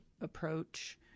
approach